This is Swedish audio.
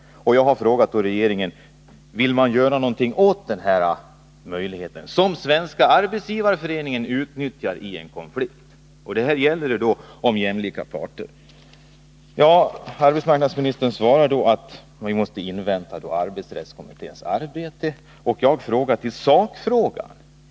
Jag har frågat regeringen: Vill man göra något åt denna möjlighet som Svenska arbetsgivareföreningen utnyttjar i en konflikt? Här handlar det ju om jämlika parter. Arbetsmarknadsministern svarar då att vi måste invänta resultatet av arbetsrättskommitténs arbete. Men min fråga gällde sakförhållandet.